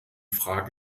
frage